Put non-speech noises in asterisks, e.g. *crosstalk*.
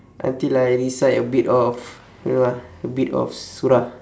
until I recite a bit of *noise* a bit of surah